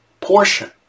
portion